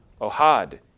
Ohad